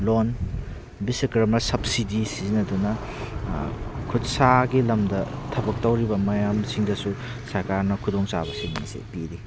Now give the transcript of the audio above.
ꯂꯣꯟ ꯕꯤꯁꯥ ꯀꯔꯃꯥ ꯁꯕꯁꯤꯗꯤꯁ ꯁꯤꯖꯤꯟꯅꯗꯨꯅ ꯈꯨꯠꯁꯥꯒꯤ ꯂꯝꯗ ꯊꯕꯛ ꯇꯧꯔꯤꯕ ꯃꯌꯥꯝꯁꯤꯡꯗꯁꯨ ꯁꯔꯀꯥꯔꯅ ꯈꯨꯗꯣꯡꯆꯥ ꯁꯤꯡ ꯑꯁꯤ ꯄꯤꯔꯤ